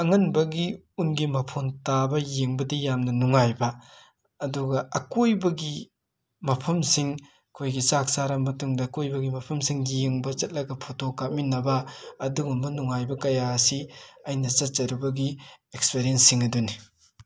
ꯑꯌꯨꯛ ꯑꯉꯟꯕꯒꯤ ꯎꯟꯒꯤ ꯃꯐꯣꯟ ꯇꯥꯕ ꯌꯦꯡꯕꯗꯤ ꯌꯥꯝꯅ ꯅꯨꯡꯉꯥꯏꯕ ꯑꯗꯨꯒ ꯑꯀꯣꯏꯕꯒꯤ ꯃꯐꯝꯁꯤꯡ ꯑꯈꯣꯏꯒꯤ ꯆꯥꯛ ꯆꯥꯔꯝꯕ ꯇꯨꯡꯗ ꯑꯀꯣꯏꯕꯒꯤ ꯃꯐꯝꯁꯤꯡ ꯌꯦꯡꯕ ꯆꯠꯂꯒ ꯐꯣꯇꯣ ꯀꯥꯞꯃꯤꯟꯅꯕ ꯑꯗꯨꯒꯨꯝꯕ ꯅꯨꯉꯥꯏꯕ ꯀꯌꯥ ꯑꯁꯤ ꯑꯩꯅ ꯆꯠꯆꯔꯨꯕꯒꯤ ꯑꯦꯛꯁꯄꯔ꯭ꯌꯦꯟꯁꯁꯤꯡ ꯑꯗꯨꯅꯤ